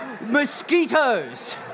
Mosquitoes